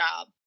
job